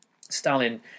Stalin